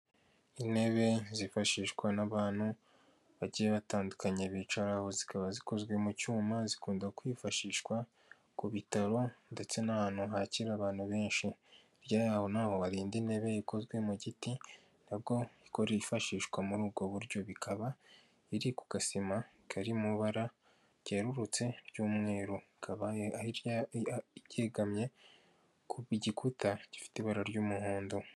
Intebe zifashishwa n'abantu bagiye batandukanye bicaraho zikaba zikozwe mu cyuma zikunda kwifashishwa ku bitaro ndetse n'ahantu hakira abantu benshi hirya aha naho hari indi intebe ikozwe mu giti nabwo yifashishwa muri ubwo buryo ikaba iri ku gasima kari mubara ryererutse ry'umweru ikabaye ari ryari ryegamye ku gikuta gifite ibara ry'umuhondo.